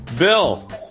Bill